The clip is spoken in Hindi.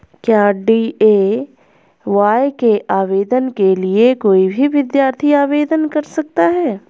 क्या डी.ए.वाय के आवेदन के लिए कोई भी विद्यार्थी आवेदन कर सकता है?